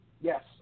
Yes